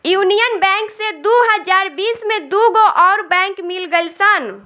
union bank से दू हज़ार बिस में दूगो अउर बैंक मिल गईल सन